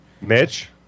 Mitch